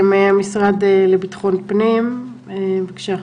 משטרת ישראל, בבקשה.